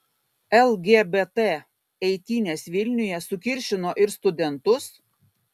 lgbt eitynės vilniuje sukiršino ir studentus